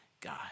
God